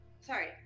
Sorry